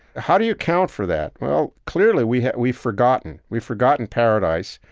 how do you account for that? well, clearly, we've we've forgotten, we've forgotten paradise,